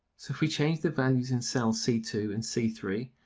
so if we change the values in cell c two and c three,